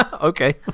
okay